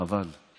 חבל.